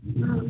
ಹಾಂ